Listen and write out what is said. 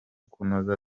kunoza